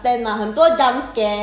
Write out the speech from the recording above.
很 cliche 但是